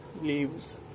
leaves